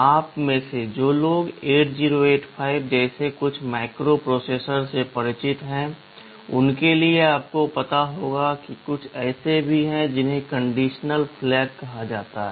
आप में से जो लोग 8085 जैसे कुछ माइक्रोप्रोसेसरों से परिचित हैं उनके लिए आपको पता होगा कि कुछ ऐसे भी हैं जिन्हें कंडीशन फ्लैग कहा जाता है